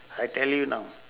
I tell you now